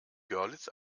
görlitz